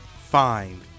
Find